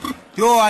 תראו,